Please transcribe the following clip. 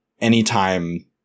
anytime